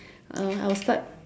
uh I'll start